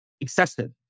excessive